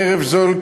חרף זאת,